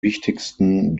wichtigsten